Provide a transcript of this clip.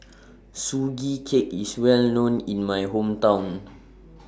Sugee Cake IS Well known in My Hometown